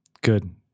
Good